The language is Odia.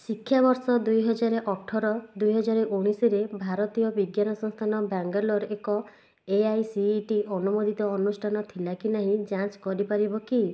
ଶିକ୍ଷାବର୍ଷ ଦୁଇ ହଜାର ଅଠର ଦୁଇ ହଜାର ଉଣେଇଶରେ ଭାରତୀୟ ବିଜ୍ଞାନ ସଂସ୍ଥାନ ବାଙ୍ଗାଲୋର ଏକ A I C T E ଅନୁମୋଦିତ ଅନୁଷ୍ଠାନ ଥିଲା କି ନାହିଁ ଯାଞ୍ଚ କରିପାରିବ କି